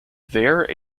there